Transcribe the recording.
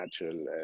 natural